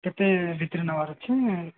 କେତେ ଭିତରେ ନେବାର ଅଛି